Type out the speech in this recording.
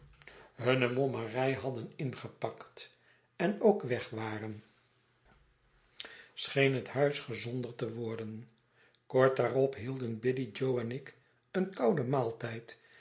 hunne mommerij hadden ingepakt en k weg waren scheen het huis gezonder te worden kort daarop hielden biddy jo en ik een kouden maaltijd